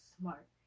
smart